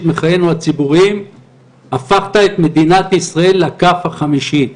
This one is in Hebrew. מחיינו הציבוריים הפכת את מדינת ישראל ל-כ' החמישי,